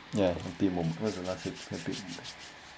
ya happy moment